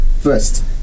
first